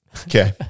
Okay